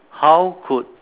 how could